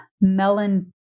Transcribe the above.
melon